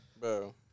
Bro